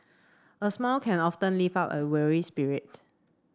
a smile can often lift up a weary spirit